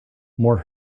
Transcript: more